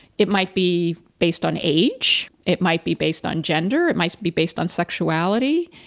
it might be based on age, it might be based on gender, it might be based on sexuality,